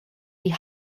die